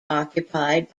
occupied